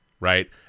Right